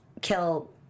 kill